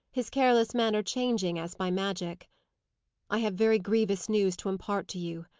his careless manner changing as by magic i have very grievous news to impart to you.